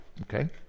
Okay